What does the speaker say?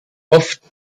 oft